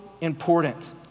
important